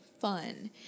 fun